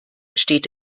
steht